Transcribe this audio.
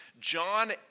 John